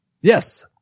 Yes